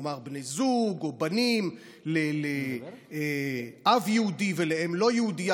נאמר בני זוג או בנים לאב יהודי ולאם לא יהודייה,